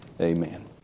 amen